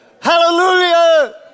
hallelujah